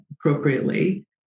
appropriately